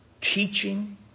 teaching